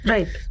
Right